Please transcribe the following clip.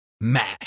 mash